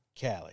Callie